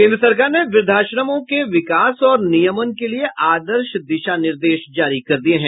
केन्द्र सरकार ने वृद्वाश्रमों के विकास और नियमन के लिए आदर्श दिशा निर्देश जारी किए हैं